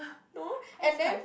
no and then